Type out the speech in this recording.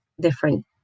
different